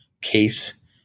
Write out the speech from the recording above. case